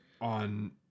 on